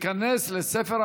נתקבל.